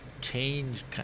change